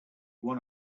one